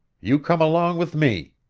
you come along with me!